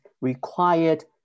required